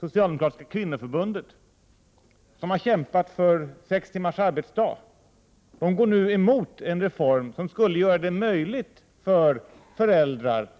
Socialdemokratiska kvinnoförbundet, som har kämpat för sex timmars arbetsdag, går nu emot en reform som skulle underlätta för föräldrar